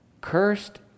cursed